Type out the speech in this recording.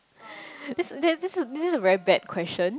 this that this is this is a very bad question